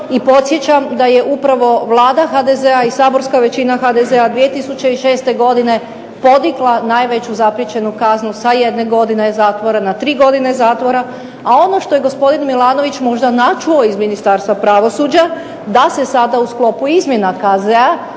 i podsjećam da je upravo Vlade HDZ-a i saborska većina HDZ-a 2006. godine podigla najveću zapriječenu kaznu sa jedne godine zatvora na tri godine zatvora, a ono što je gospodin Milanović možda načuo iz Ministarstva pravosuđa da se sada u sklopu izmjena KZ-a